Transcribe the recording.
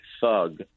thug